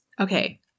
Okay